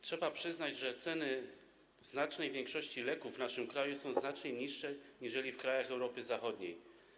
Trzeba przyznać, że ceny znacznej większości leków w naszym kraju są znacznie niższe niżeli w krajach Europy Zachodniej.